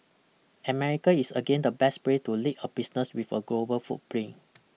America is again the best place to lead a business with a global footprint